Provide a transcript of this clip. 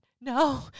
No